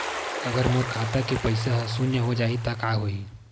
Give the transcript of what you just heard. अगर मोर खाता के पईसा ह शून्य हो जाही त का होही?